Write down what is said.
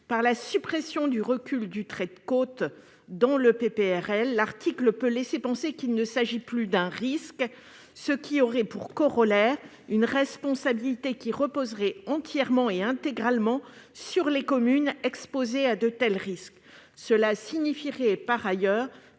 Par la suppression du recul du trait de côte du PPRL, l'article laisse à penser qu'il ne s'agit plus d'un risque, ce qui aurait pour corollaire une responsabilité qui reposerait entièrement et intégralement sur les communes exposées à ce phénomène. Par ailleurs, cela signifierait que l'État